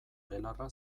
belarra